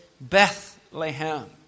Bethlehem